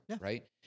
right